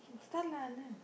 start lah Anand